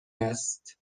است